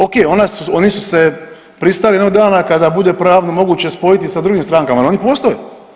Ok, oni su se pristali jednog dana kada bude pravno moguće spojiti sa drugim strankama, ali oni postoje.